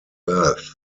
earth